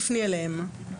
פנה אליהם.